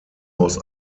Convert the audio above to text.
aus